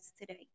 today